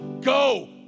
go